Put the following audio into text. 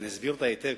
ואני אסביר אותה היטב,